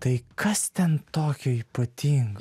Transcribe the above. tai kas ten tokio ypatingo